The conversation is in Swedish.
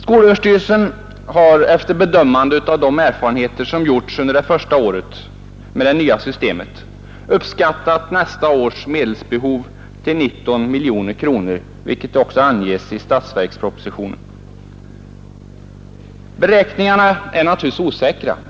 Skolöverstyrelsen har efter bedömning av de erfarenheter som gjorts under första året med det nya systemet uppskattat nästa års medelsbehov till 19 miljoner kronor, vilket också anges i statsverkspropositionen. Beräkningarna är naturligtvis osäkra.